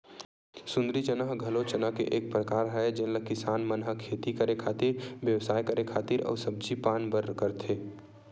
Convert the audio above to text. सुंदरी चना ह घलो चना के एक परकार हरय जेन ल किसान मन ह खेती करे खातिर, बेवसाय करे खातिर अउ सब्जी पान बर करथे